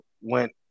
went